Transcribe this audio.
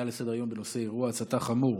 נעבור להצעות לסדר-היום בנושא: אירוע הצתה חמור